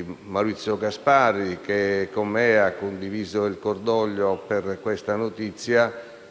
c'è Maurizio Gasparri che, con me, ha condiviso il cordoglio per questa notizia